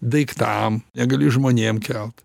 daiktam negali žmonėm kelt